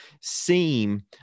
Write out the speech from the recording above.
seem